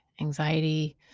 anxiety